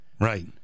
Right